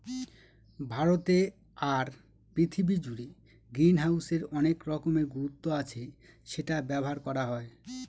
ভারতে আর পৃথিবী জুড়ে গ্রিনহাউসের অনেক রকমের গুরুত্ব আছে সেটা ব্যবহার করা হয়